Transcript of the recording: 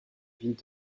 ville